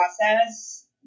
process